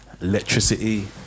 electricity